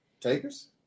takers